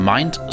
Mind